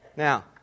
Now